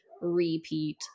repeat